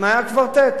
תנאי הקוורטט.